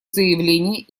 заявление